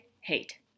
hate